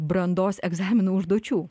brandos egzaminų užduočių